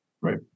Right